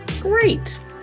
Great